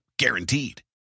Guaranteed